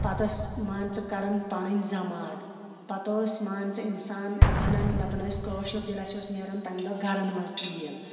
پَتہٕ ٲسۍ مان ژٕ کَران پَنٕنۍ زماد پَتہٕ اوس مان ژٕ اِنسان اَنان دَپان ٲسۍ کٲشُر تیٚلہِ اَسہِ اوس نیران تَمہِ دۄہ گَرَن منٛز تیٖل